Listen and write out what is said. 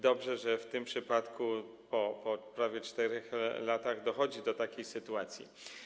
Dobrze, że w tym przypadku po prawie 4 latach dochodzi do takiej sytuacji.